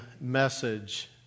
message